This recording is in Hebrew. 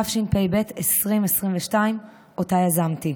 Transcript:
התשפ"ב 2022, שאותה יזמתי.